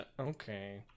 okay